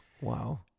Wow